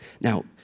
Now